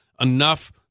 enough